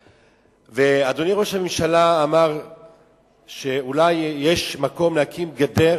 ואדוני ראש הממשלה אמר שאולי יש מקום להקים גדר,